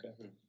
Okay